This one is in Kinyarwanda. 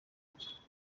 agashimwe